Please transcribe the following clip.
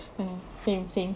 ya same same